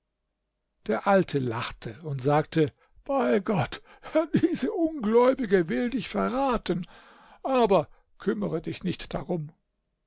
der alte lachte und sagte bei gott diese ungläubige will dich verraten aber kümmere dich nicht darum